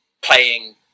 playing